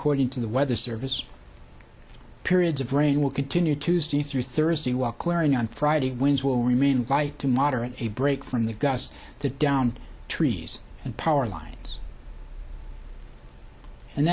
cording to the weather service periods of rain will continue tuesday through thursday while clearing on friday winds will remain by to moderate a break from the gusts to downed trees and power lines and